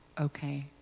okay